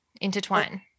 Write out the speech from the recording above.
Intertwine